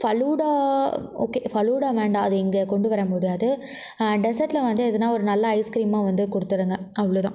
falooda okay falooda வேண்டாம் அது இங்கே கொண்டு வர முடியாது டெசர்ட்டில் வந்து எதனால் ஒரு நல்ல ஐஸ்கிரீமாக வந்து கொடுத்துடுங்க அவ்வளோ தான்